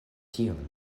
tion